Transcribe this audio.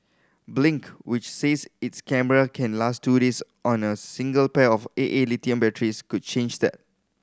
blink which says its camera can last two years on a single pair of A A lithium batteries could change that